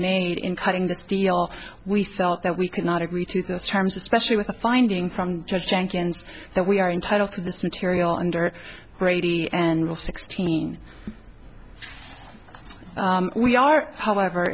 made in cutting this deal we felt that we could not agree to those terms especially with a finding from judge jenkins that we are entitle to this material under brady and will sixteen we are however